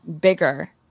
bigger